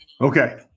Okay